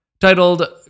Titled